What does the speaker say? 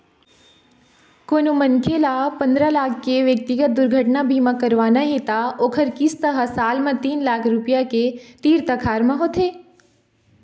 कोनो मनखे ल पंदरा लाख के ब्यक्तिगत दुरघटना बीमा करवाना हे त ओखर किस्त ह साल म तीन लाख रूपिया के तीर तखार म होथे